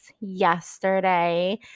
yesterday